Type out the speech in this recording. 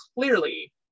clearly